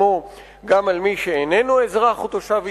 עצמו גם על מי שאיננו אזרח או תושב ישראל,